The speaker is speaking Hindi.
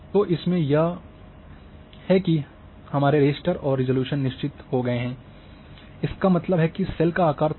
तो इसमें यह है कि हमारे रास्टर और रिज़ॉल्यूशन निश्चित हो गया है इसका मतलब है कि सेल का आकार तय है